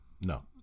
no